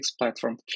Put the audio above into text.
platform